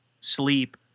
sleep